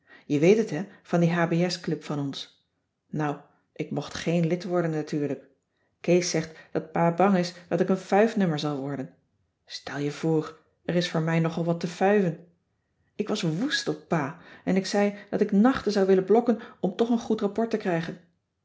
je weet t hè van die h b s club van ons nou ik mocht geen lid worden natuurlijk kees zegt dat pa bang is dat ik een fuifnummer zal worden stel je voor er is voor mij nogal wat te fuiven ik was woest op pa en ik zei dat ik nachten zou willen blokken om toch een goed rapport te krijgen